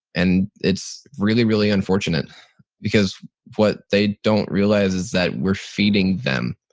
and it's really, really unfortunate because what they don't realize is that we're feeding them.